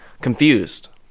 confused